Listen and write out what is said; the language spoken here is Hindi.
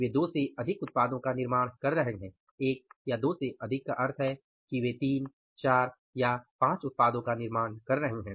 वे 2 से अधिक उत्पादों का निर्माण कर रहे हैं 1 या 2 उत्पादों से अधिक का अर्थ है कि वे 3 4 5 उत्पादों का निर्माण कर रहे हैं